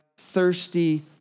thirsty